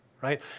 right